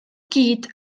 gyd